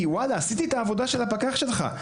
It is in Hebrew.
כי וואללה, עשיתי את העבודה של הפקח שלך.